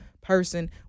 person